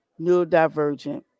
neurodivergent